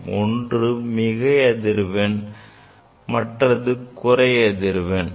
அதில் ஒன்று மிகை அதிர்வெண் மற்றது குறை அதிர்வெண் ஆகும்